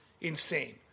insane